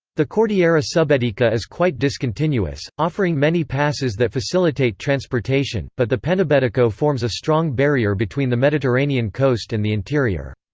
the cordillera subbetica is quite discontinuous, offering many passes that facilitate transportation, but the penibetico forms a strong barrier between the mediterranean coast and the interior.